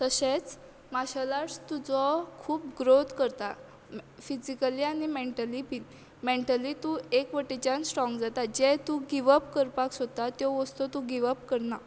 तशेंच martial arts तुजो खूब ग्रोत करता फिजीकली आनी मेंटली बीन मेंटली तूं एक वटेच्यान स्ट्रोंग जाता जें तूं गीव अप करपाक सोदता त्यो वस्तू तूं गीव अप करना